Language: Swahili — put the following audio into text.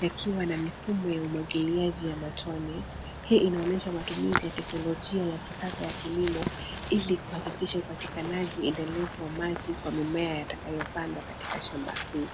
yakiwa na mfumo wa umwagiliaji ya matone. Hii inaonyesha matumizi ya teknolojia ya kisasa ya kilimo ili kuhakikisha upatikanaji endelevu wa maji kwa mimea yatakayopandwa katika shamba hii.